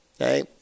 Okay